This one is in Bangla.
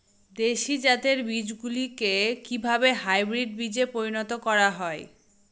দেশি জাতের বীজগুলিকে কিভাবে হাইব্রিড বীজে পরিণত করা হয়?